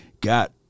got